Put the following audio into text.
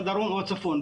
בדרום או בצפון,